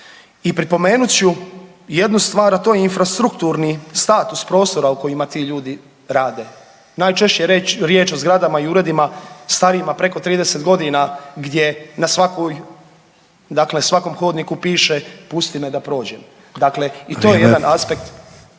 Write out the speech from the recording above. I pripomenut ću jednu stvar, a to je infrastrukturni status prostora u kojima ti ljudi rade, najčešće je riječ o zgradama i uredima starijima preko 30.g. gdje na svakoj, dakle svakom hodniku piše pusti me da prođem. Dakle, i to je jedan aspekt